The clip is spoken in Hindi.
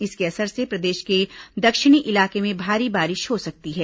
इसके असर से प्रदेश के दक्षिणी इलाके में भारी बारिश हो सकती है